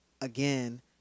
again